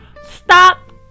stop